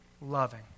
loving